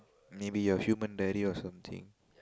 maybe a human diary or something